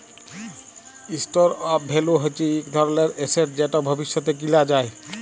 store of value হচ্যে ইক ধরলের এসেট যেট ভবিষ্যতে কিলা যায়